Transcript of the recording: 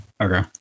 Okay